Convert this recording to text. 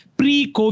pre-COVID